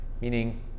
meaning